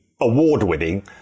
award-winning